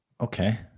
Okay